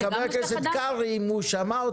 נשאל את חבר הכנסת קרעי אם הוא שמע אותך.